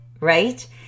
right